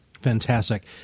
Fantastic